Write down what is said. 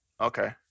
Okay